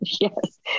Yes